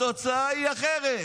התוצאה היא אחרת.